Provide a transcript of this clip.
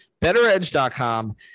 betteredge.com